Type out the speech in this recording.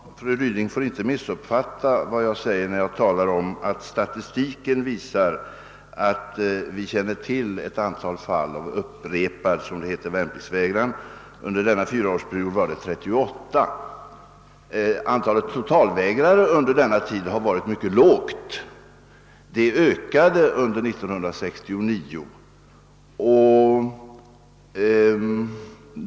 Herr talman! Fru Ryding skall inte missuppfatta mig, när jag säger att statistiken visar att vi under de nämnda fyra åren har haft 38 fall av upprepad värnpliktsvägran, som termen lyder. Antalet totalvägrare har under nämnda tid varit mycket lågt men ökade 1969.